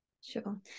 Sure